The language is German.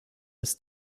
ist